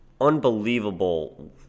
unbelievable